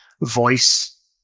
voice